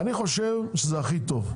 אני חושב שזה הכי טוב,